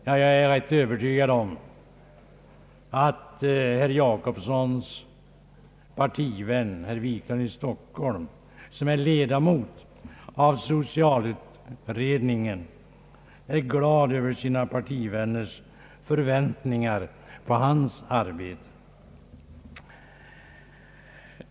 Jag är övertygad om att herr Jacobssons partivän herr Wiklund i Stockholm som 1ledamot av socialutredningen är glad över sina partivänners förväntningar på hans arbete.